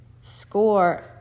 score